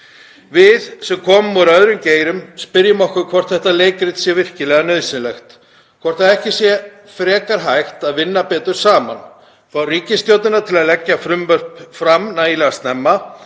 Við sem komum úr öðrum geirum spyrjum okkur hvort þetta leikrit sé virkilega nauðsynlegt, hvort ekki sé frekar hægt að vinna betur saman, fá ríkisstjórnina til að leggja frumvörp fram nægilega snemma,